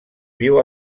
viu